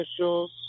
officials